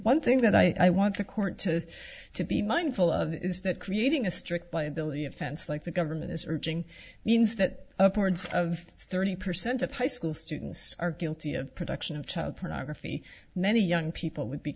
one thing that i want the court to to be mindful of is that creating a strict liability offense like the government is searching means that upwards of thirty percent of high school students are guilty of production of child pornography many young people would be